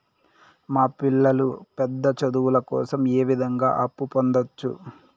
మా పిల్లలు పెద్ద చదువులు కోసం ఏ విధంగా అప్పు పొందొచ్చు?